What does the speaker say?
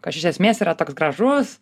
kas iš esmės yra toks gražus